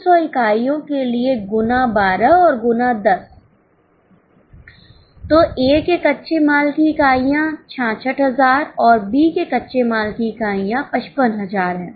तो 5500 इकाइयों के लिए गुना 12 और गुना 10 तोA के कच्चे माल की इकाइयां 66000 और B के कच्चे माल की इकाइयां 55000 है